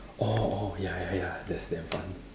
orh orh ya ya ya that's damn fun